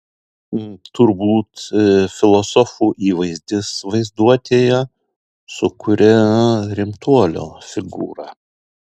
turbūt filosofų įvaizdis vaizduotėje sukuria rimtuolio figūrą